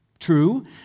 true